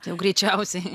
tai jau greičiausiai